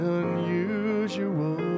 unusual